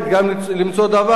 למצוא דבר,